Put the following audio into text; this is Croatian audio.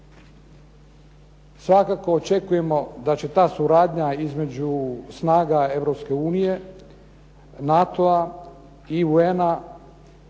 Svakako očekujemo da će ta suradnja između snaga Europske unije,